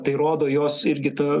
tai rodo jos irgi ta